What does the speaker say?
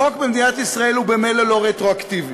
חוק במדינת ישראל הוא ממילא לא רטרואקטיבי.